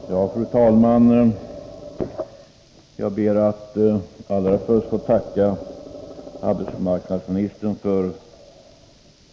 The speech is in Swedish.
Nr 18 Fru talman! Jag ber att få tacka arbetsmarknadsministern för svaret.